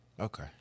okay